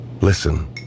Listen